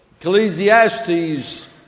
Ecclesiastes